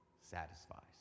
satisfies